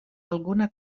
alguna